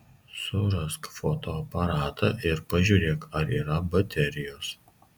surask fotoaparatą ir pažiūrėk ar yra baterijos